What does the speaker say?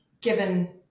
given